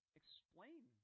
explain